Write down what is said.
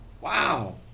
Wow